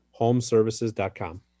homeservices.com